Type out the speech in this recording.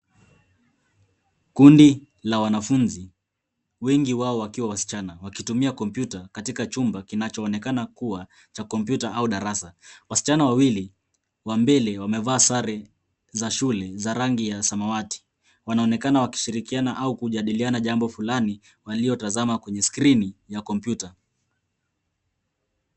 Kundi la wanafunzi wengi wao wakiwa wasichana wakitumia kompyuta katika chumba kinachoonekana kuwa cha kompyuta au darasa. Wasichana wawili wa mbele wamevaa sare za shule za rangi ya samawati, wanaonekana wakishirikiana au kujadiliana jambo fulani waliotazama kwenye skrini ya kompyuta.